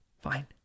Fine